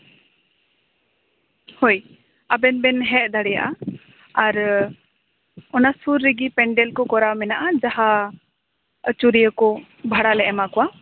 ᱦᱳᱭ ᱟᱵᱮᱱ ᱵᱮᱱ ᱦᱮᱡ ᱫᱟᱲᱮᱭᱟᱜᱼᱟ ᱟᱨ ᱚᱱᱟ ᱥᱩᱨ ᱨᱮᱜᱮ ᱯᱮᱱᱰᱮᱞ ᱠᱚ ᱠᱚᱨᱟᱣ ᱢᱮᱱᱟᱜᱼᱟ ᱡᱟᱦᱟᱸ ᱟᱹᱪᱩᱨᱤᱭᱟᱹ ᱠᱚ ᱵᱷᱟᱲᱟ ᱞᱮ ᱮᱢᱟ ᱠᱚᱣᱟ